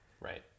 Right